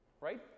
right